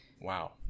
Wow